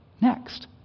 next